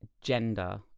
gender